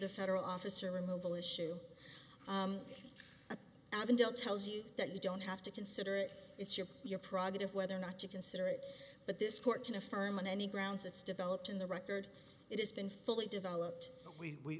the federal officer removal issue avondale tells you that you don't have to consider it it's your your product whether or not to consider it but this court can affirm in any grounds it's developed in the record it has been fully